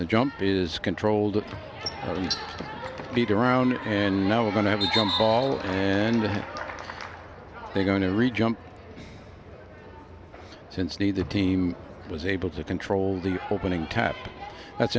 the jump is controlled and beat around and now we're going to have a jump ball and they're going to read jump since neither team was able to control the opening tap that's